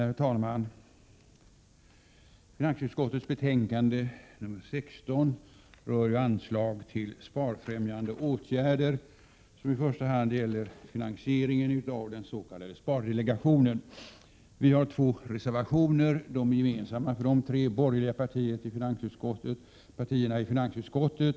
Herr talman! Finansutskottets betänkande 16 rör anslag till sparfrämjande åtgärder, i första hand finansieringen av den s.k. spardelegationen. De två reservationerna, som är fogade till betänkandet, är gemensamma för de tre borgerliga partierna i finansutskottet.